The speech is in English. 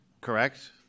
Correct